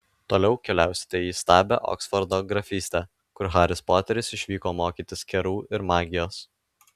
toliau keliausite į įstabią oksfordo grafystę kur haris poteris išvyko mokytis kerų ir magijos